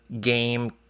game